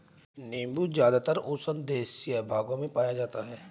नीबू ज़्यादातर उष्णदेशीय भागों में पाया जाता है